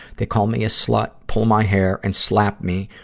they call me a slut, pull my hair, and slap me,